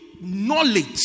Knowledge